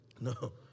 No